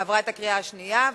עברה בקריאה השנייה.